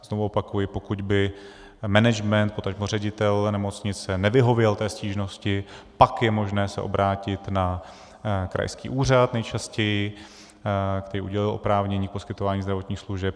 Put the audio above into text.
Znovu opakuji, pokud by management, potažmo ředitel nemocnice nevyhověl té stížnosti, pak je možné se obrátit na krajský úřad nejčastěji, který udělil oprávnění k poskytování zdravotních služeb.